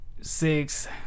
six